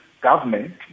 government